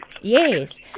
Yes